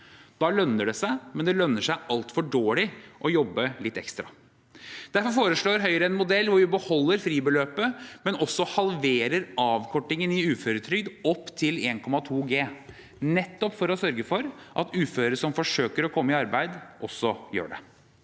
statsbudsjett for 2024 987 lønner seg altfor dårlig å jobbe litt ekstra. Derfor foreslår Høyre en modell hvor vi beholder fribeløpet, men halverer avkortingen i uføretrygd opp til 1,2 G, for å sørge for at uføre som forsøker å komme i arbeid, også gjør det.